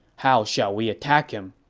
how shall we attack him?